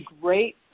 great